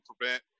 prevent